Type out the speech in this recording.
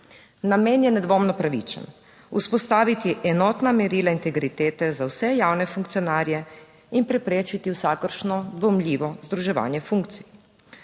Namen je nedvomno pravičen, vzpostaviti enotna merila integritete za vse javne funkcionarje in preprečiti vsakršno dvomljivo združevanje funkcij.